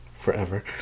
forever